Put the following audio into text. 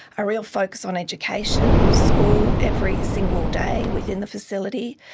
a real focus on education, school every single day within the facility.